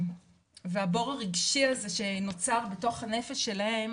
והבור הרגשי הזה שנוצר בתוך הנפש שלהם,